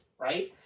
Right